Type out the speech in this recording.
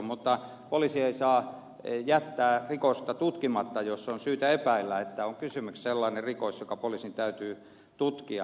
mutta poliisi ei saa jättää rikosta tutkimatta jos on syytä epäillä että on kysymyksessä sellainen rikos joka poliisin täytyy tutkia